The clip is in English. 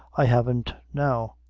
i haven't now.